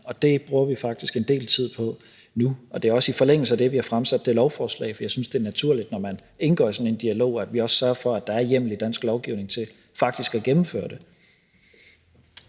og det bruger vi faktisk en del tid på nu. Det er også i forlængelse af det, at vi har fremsat det lovforslag, for jeg synes, det er naturligt, når man indgår i sådan en dialog, at vi også sørger for, at der er hjemmel i dansk lovgivning til faktisk at gennemføre det.